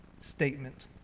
statement